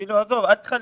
עזוב, אל תחלק.